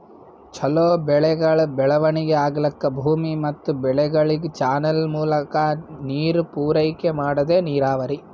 ಛಲೋ ಬೆಳೆಗಳ್ ಬೆಳವಣಿಗಿ ಆಗ್ಲಕ್ಕ ಭೂಮಿ ಮತ್ ಬೆಳೆಗಳಿಗ್ ಚಾನಲ್ ಮೂಲಕಾ ನೀರ್ ಪೂರೈಕೆ ಮಾಡದೇ ನೀರಾವರಿ